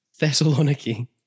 Thessaloniki